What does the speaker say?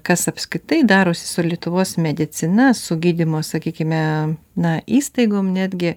kas apskritai darosi su lietuvos medicina su gydymo sakykime na įstaigom netgi